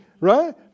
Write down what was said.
right